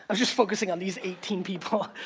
um just focusing on these eighteen people.